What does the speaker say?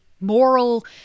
moral